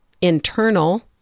internal